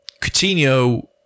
Coutinho